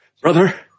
Brother